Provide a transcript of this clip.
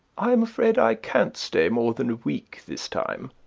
i am afraid i can't stay more than a week this time.